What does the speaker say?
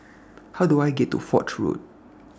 How Do I get to Foch Road